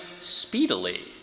speedily